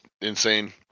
insane